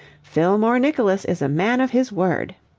fillmore nicholas is a man of his word